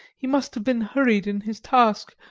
he must have been hurried in his task,